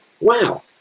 wow